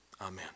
Amen